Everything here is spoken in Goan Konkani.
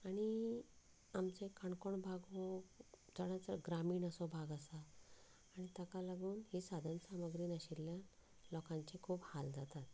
आनी आमचे काणकोण भाग हो चडांत चड ग्रामीण असो भाग आसा आनी ताका लागून ही साधन सामुग्री नाशिल्ल्यान लोकांचे खूब हाल जातात